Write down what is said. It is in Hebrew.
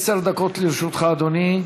עשר דקות לרשותך, אדוני.